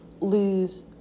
lose